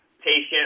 patient